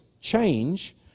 change